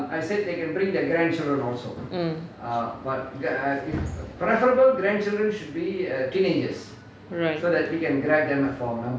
mm right